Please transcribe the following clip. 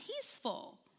peaceful